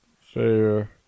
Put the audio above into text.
Fair